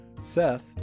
Seth